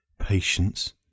patience